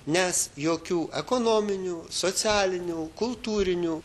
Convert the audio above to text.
nes jokių ekonominių socialinių kultūrinių